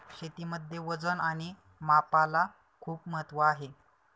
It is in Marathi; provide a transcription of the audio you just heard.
शेतीमध्ये वजन आणि मापाला खूप महत्त्व आहे